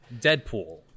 Deadpool